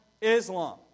Islam